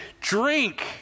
drink